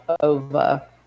over